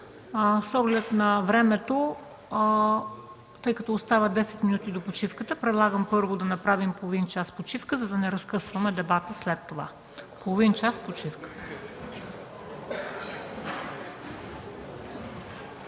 С оглед на времето, тъй като до почивката остават 10 минути, първо, предлагам да направим половин час почивка, за да не разкъсваме дебата след това. Половин час почивка.